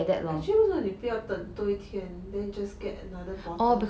actually 为什么你不要等多一天 then 你 just get another bottle